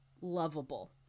lovable